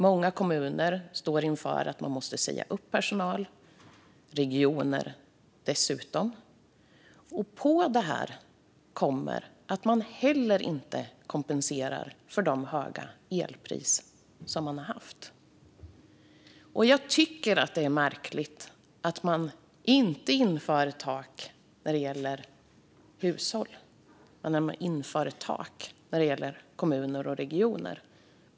Många kommuner och även regioner står inför att de måste säga upp personal. På det kommer att man heller inte kompenserar för de höga elpriser som de har haft. Det är märkligt att man inte har infört ett tak för hushåll när man har infört ett tak för kommuner och regioner.